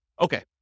Okay